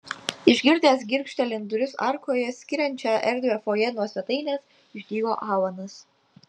išgirdęs girgžtelint duris arkoje skiriančioje erdvią fojė nuo svetainės išdygo alanas